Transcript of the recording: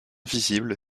visible